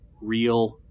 real